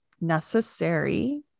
necessary